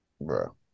bro